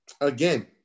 Again